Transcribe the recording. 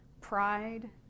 pride